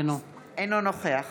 אינו נוכח